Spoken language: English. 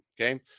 okay